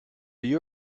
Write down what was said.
you